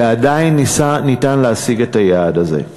ועדיין ניתן להשיג את היעד הזה.